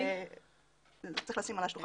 אז צריך לשים את זה על השולחן,